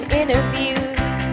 interviews